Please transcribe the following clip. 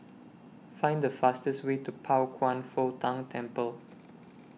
Find The fastest Way to Pao Kwan Foh Tang Temple